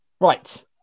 Right